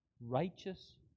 Righteous